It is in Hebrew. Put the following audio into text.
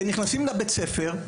אתם נכנסים לבית הספר,